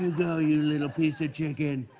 you little piece of chicken?